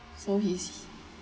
so he's